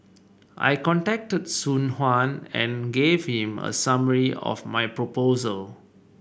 I contacted Soon Juan and gave him a summary of my proposal